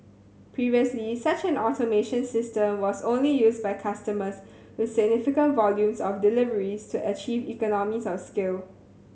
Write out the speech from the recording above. previously such an automation system was only used by customers with significant volume of deliveries to achieve economies of scale